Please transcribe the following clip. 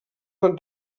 van